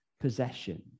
possession